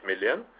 million